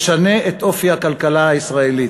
שינוי אופי הכלכלה הישראלית.